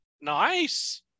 nice